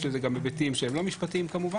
יש לזה היבטים גם שהם לא משפטיים כמובן.